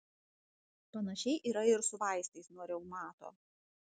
panašiai yra ir su vaistais nuo reumato